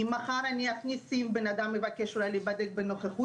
אם בן-אדם מבקש להיבדק בנוכחות,